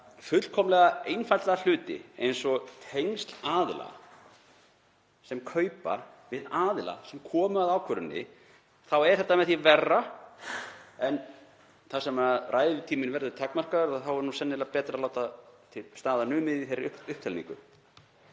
fullkomlega einfalda hluti eins og tengsl aðila sem kaupa við aðila sem komu að ákvörðuninni, þá er þetta með því verra en þar sem ræðutíminn verður takmarkaður er sennilega betra að láta staðar numið í þessari upptalningu.